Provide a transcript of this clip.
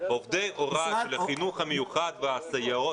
עובדי הוראה של החינוך המיוחד והסייעות